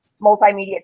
multimedia